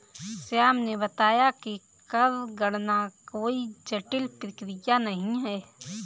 श्याम ने बताया कि कर गणना कोई जटिल प्रक्रिया नहीं है